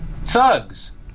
thugs